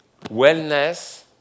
Wellness